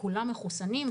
וכולם מחוסנים,